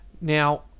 Now